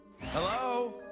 Hello